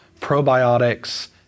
probiotics